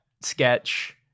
sketch